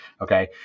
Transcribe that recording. Okay